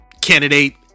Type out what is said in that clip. candidate